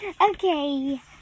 Okay